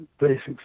basics